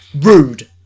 rude